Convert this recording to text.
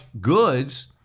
goods